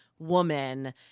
Woman